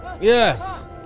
Yes